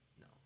No